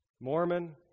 Mormon